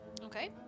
Okay